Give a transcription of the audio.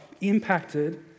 impacted